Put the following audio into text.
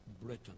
Britain